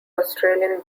australian